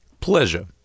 Pleasure